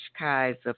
Kaiser